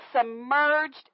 submerged